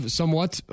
somewhat